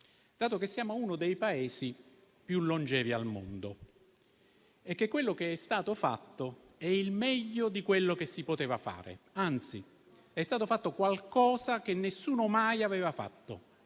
dato che siamo uno dei Paesi più longevi al mondo e che quello che è stato fatto è il meglio di quello che si poteva fare; anzi, è stato fatto qualcosa che nessuno mai aveva fatto: